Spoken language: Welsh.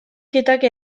gydag